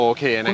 Okay